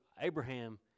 Abraham